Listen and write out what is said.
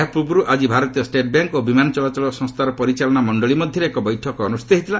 ଏହା ପୂର୍ବରୁ ଆଜି ଭାରତୀୟ ଷ୍ଟେଟ୍ ବ୍ୟାଙ୍କ୍ ଓ ବିମାନ ଚଳାଚଳ ସଂସ୍ଥାର ପରିଚାଳନା ମଣ୍ଡଳୀ ମଧ୍ୟରେ ଏକ ବୈଠକ ଅନୁଷ୍ଠିତ ହୋଇଥିଲା